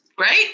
Right